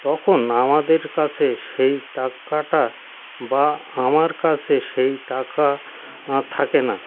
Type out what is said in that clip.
তখন আমাদের কাছে সেই টাকাটা বা আমার কাছে সেই টাকা থাকে না